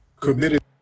committed